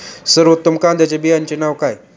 सर्वोत्तम कांद्यांच्या बियाण्यांची नावे?